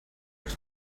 were